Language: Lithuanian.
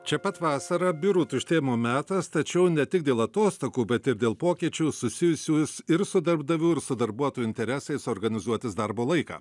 čia pat vasara biurų tuštėjimo metas tačiau ne tik dėl atostogų bet ir dėl pokyčių susijusius ir su darbdavių ir su darbuotojų interesais organizuotis darbo laiką